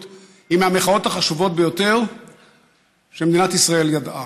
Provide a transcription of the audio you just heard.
היא מהמחאות החשובות ביותר שמדינת ישראל ידעה,